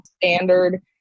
standard